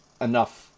enough